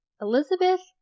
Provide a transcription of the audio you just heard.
Elizabeth